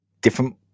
different